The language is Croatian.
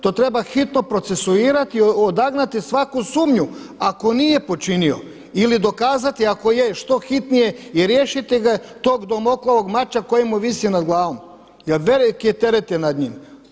To treba hitno procesuirati odagnati svaku sumnju ako nije počinio ili dokazati ako je, što hitnije i riješite ga tog Damoklovog mača koji mu visi nad glavom jer veliki teret je nad njim.